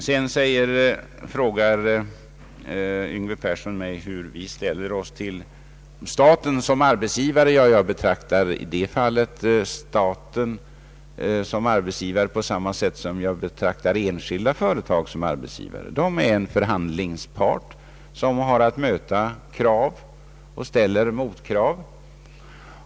Herr Yngve Persson frågar mig hur vi ställer oss till staten som arbetsgivare. Jag betraktar i detta fall staten som arbetsgivare på samma sätt som jag betraktar enskilda företag som arbetsgivare. Det är en förhandlingspart som har att möta krav och som ställer motkrav.